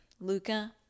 Luca